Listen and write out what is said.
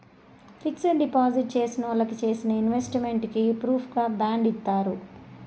fixed deposit చేసినోళ్ళకి చేసిన investment కి ప్రూఫుగా బాండ్ ఇత్తారు